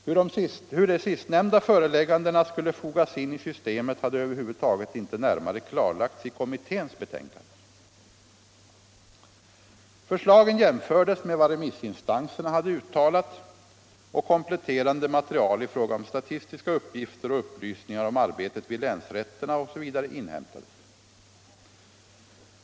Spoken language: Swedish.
Hur de sistnämnda föreläggandena skulle fogas in i systemet hade över huvud taget inte närmare klarlagts i kommitténs betänkanden. Förslagen jämfördes med vad remissinstanserna hade uttalat och kompletterande material i fråga om statistiska uppgifter och upplysningar om arbetet vid länsrätterna etc. inhämtades.